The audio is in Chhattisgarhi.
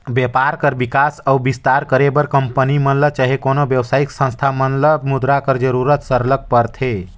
बयपार कर बिकास अउ बिस्तार करे बर कंपनी मन ल चहे कोनो बेवसायिक संस्था मन ल मुद्रा कर जरूरत सरलग परथे